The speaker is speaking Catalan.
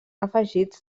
afegits